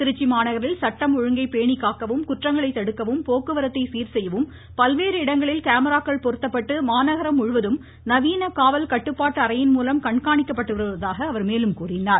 திருச்சி மாநகரில் சட்டம் ஒழுங்கை பேணி காக்கவும் குற்றங்களை தடுக்கவும் போக்குவரத்தை சீர்செய்யவும் பல்வேறு இடங்களில் காமிராக்கள் பொருத்தப்பட்டு மாநகரம் அறையின்மூலம் கண்காணிக்கப்பட்டு வருவதாக அவர் மேலும் கூறினார்